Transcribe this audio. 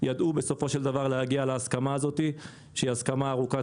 ידעו להגיע להסכמה הזאת שהיא הסכמה ארוכת